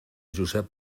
josep